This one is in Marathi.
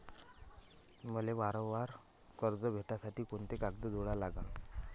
मले वावरावर कर्ज भेटासाठी कोंते कागद जोडा लागन?